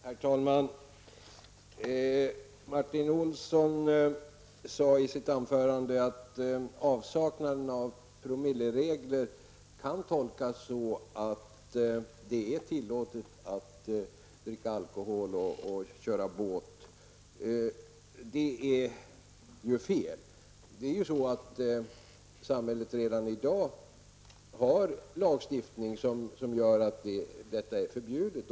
Herr talman! Martin Olsson sade i sitt anförande att avsaknaden av promilleregler kan tolkas som att det är tillåtet att dricka alkohol och köra båt. Det är fel. Samhället har ju redan i dag en lagstiftning som innebär att detta är förbjudet.